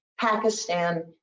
Pakistan